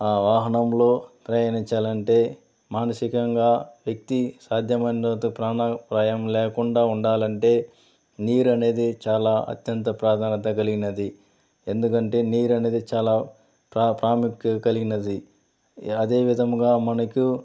ఆ వాహనంలో ప్రయాణించాలంటే మానసికంగా వ్యక్తి సాధ్యమైనంత ప్రాణాపాయం లేకుండా ఉండాలంటే నీరు అనేది చాలా అత్యంత ప్రాధాన్యత కలిగినది ఎందుకంటే నీరు అనేది చాలా ప్రా ప్రాముఖ్యత కలిగినది అదే విధంగా మనకు